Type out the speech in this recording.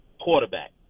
quarterback